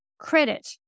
credit